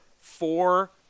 four